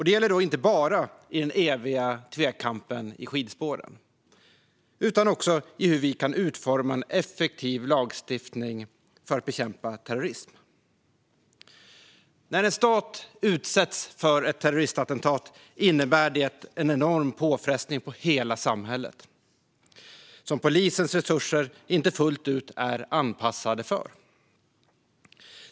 Det gäller inte bara i den eviga tvekampen i skidspåren utan också i hur vi kan utforma en effektiv lagstiftning för att bekämpa terrorism. När en stat utsätts för ett terroristattentat innebär det en enorm påfrestning på hela samhället som polisens resurser inte fullt ut är anpassade för.